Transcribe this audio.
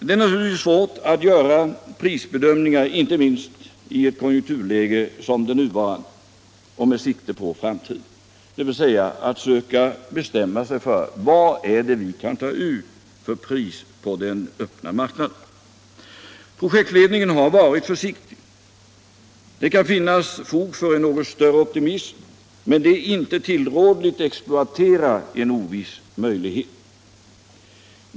Det är naturligtvis svårt att göra prisbedömningar, inte minst i ett konjunkturläge som det nuvarande och med sikte på framtiden, dvs. att försöka avgöra vilket pris vi kan ta ut på den öppna marknaden. Projektledningen har varit försiktig. Det kan finnas fog för en något större optimism, men det är inte tillrådligt att exploatera en oviss möjlighet.